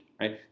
right